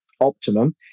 optimum